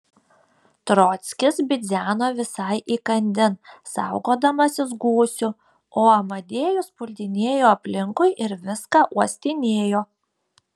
trockis bidzeno visai įkandin saugodamasis gūsių o amadėjus puldinėjo aplinkui ir viską uostinėjo